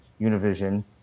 Univision